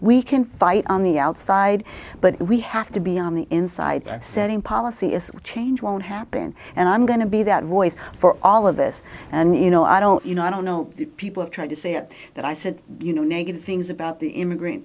we can fight on the outside but we have to be on the inside by setting policy is change won't happen and i'm going to be that voice for all of us and you know i don't you know i don't know people try to say that i said you know negative things about the immigrant